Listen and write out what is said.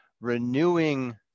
renewing